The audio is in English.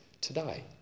today